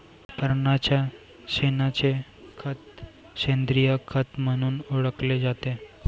प्राण्यांच्या शेणाचे खत सेंद्रिय खत म्हणून ओळखले जाते